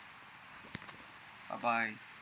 bye bye